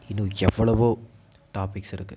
இன்னும் எவ்வளவோ டாபிக்ஸ் இருக்குது